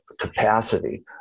capacity